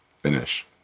Finish